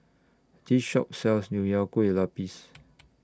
This Shop sells Nonya Kueh Lapis